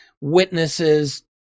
witnesses